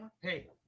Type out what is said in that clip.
Hey